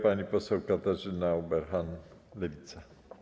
Pani poseł Katarzyna Ueberhan, Lewica.